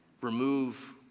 Remove